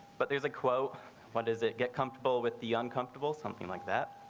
but there's a quote when does it, get comfortable with the uncomfortable something like that.